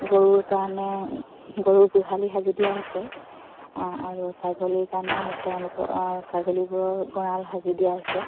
গৰুৰ কাৰণে গৰুৰ গোহালি সাজি দিয়া হৈছে আৰু ছাগলীৰ কাৰণে তেওঁলোকৰ ছাগলীবোৰৰ গঁৰাল সাজি দিয়া হৈছে